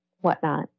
whatnot